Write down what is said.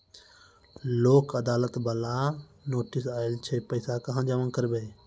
लोक अदालत बाला नोटिस आयल छै पैसा कहां जमा करबऽ?